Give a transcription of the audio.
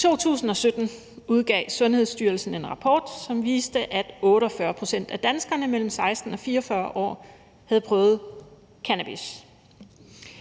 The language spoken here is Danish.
I 2017 udgav Sundhedsstyrelsen en rapport, som viste, at 48 pct. af danskere mellem 16 og 44 år havde prøvet cannabis.